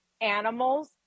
animals